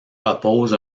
oppose